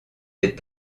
des